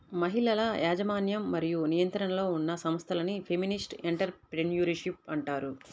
మహిళల యాజమాన్యం మరియు నియంత్రణలో ఉన్న సంస్థలను ఫెమినిస్ట్ ఎంటర్ ప్రెన్యూర్షిప్ అంటారు